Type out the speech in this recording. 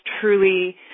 truly